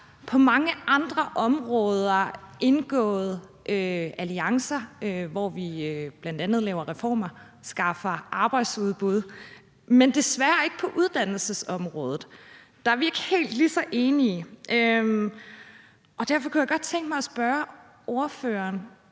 på mange andre områder indgået alliancer, hvor vi bl.a. laver reformer og skaffer arbejdsudbud, men desværre ikke på uddannelsesområdet. Der er vi ikke helt lige så enige. Derfor kunne jeg godt tænke mig at spørge ordføreren